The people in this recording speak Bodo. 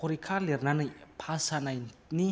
परिक्षा लेरनानै पास जानायनि